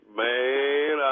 man